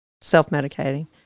self-medicating